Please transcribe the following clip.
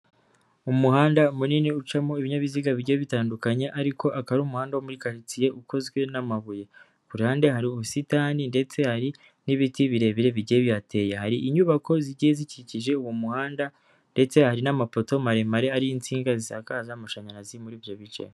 Umuhanda munini ucamo ibinyabiziga bigiye bitandukanye ariko akaba ari umuhanda uri muri karitsiye ukozwe n'amabuye, ku ruhande hari ubusitani ndetse hari n'ibiti birebire bigiye bihateye, hari inyubako zigiye zikikije uwo muhanda ndetse hari n'amaporoto maremare ariho insinga zisakaza amashanyarazi muri ibyo bice.